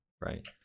right